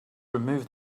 removed